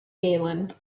galen